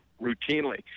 routinely